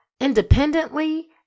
independently